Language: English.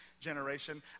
generation